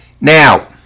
Now